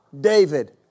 David